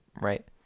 Right